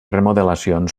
remodelacions